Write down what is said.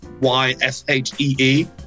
Y-S-H-E-E